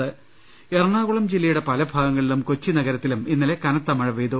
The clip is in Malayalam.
് എറണാകുളം ജില്ലയുടെ പല ഭാഗങ്ങളിലും കൊച്ചി നഗരത്തിലും ഇന്നലെ കനത്ത മഴ പെയ്തു